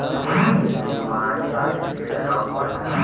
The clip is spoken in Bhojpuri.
ई सर्विस में माय सर्टिफिकेट अकाउंट पर जा